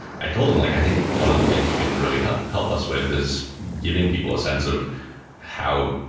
i told him, like, i think one of the things you can really help help us with is giving people a sense of how,